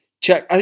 Check